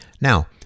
Now